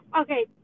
Okay